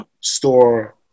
store